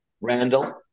Randall